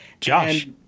Josh